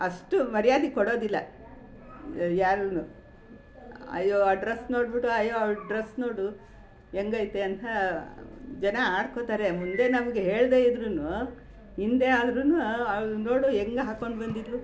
ಅಷ್ಟು ಮರ್ಯಾದೆ ಕೊಡೋದಿಲ್ಲ ಯಾರೂ ಅಯ್ಯೋ ಆ ಡ್ರಸ್ ನೋಡಿಬಿಟ್ಟು ಅಯ್ಯೋ ಅವಳ್ದು ಡ್ರಸ್ ನೋಡು ಹೆಂಗೈತೆ ಅಂತ ಜನ ಆಡ್ಕೋತಾರೆ ಮುಂದೆ ನಮಗೆ ಹೇಳದೆ ಇದ್ರೂ ಹಿಂದೆ ಆದ್ರೂ ಅವು ನೋಡು ಹೆಂಗೆ ಹಾಕೊಂಡ್ ಬಂದಿದ್ಲು